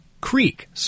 CREEK